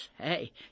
hey